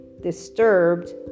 disturbed